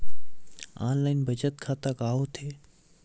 Online बचत खाता का होथे?